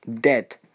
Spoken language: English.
dead